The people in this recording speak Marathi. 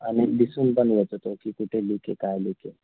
आणि दिसून पण येतं ते की कुठे लिक आहे काय लिक आहे